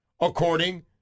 according